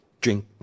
drink